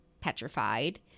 petrified